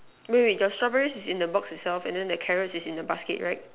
wait wait your strawberries is in the box itself then the carrots is in the basket right